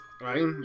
right